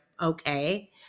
okay